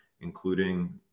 including